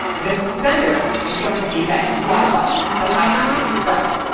this sender is going to be that uibutton that i actually pressed,